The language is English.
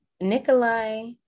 Nikolai